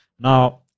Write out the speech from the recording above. Now